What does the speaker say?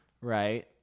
right